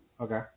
Okay